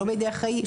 לא בידי אחראי,